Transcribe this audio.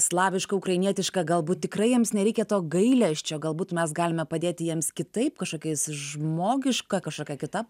slaviška ukrainietiška galbūt tikrai jiems nereikia to gailesčio galbūt mes galime padėti jiems kitaip kažkokiais žmogiška kažkokia kita